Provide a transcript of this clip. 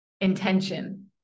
intention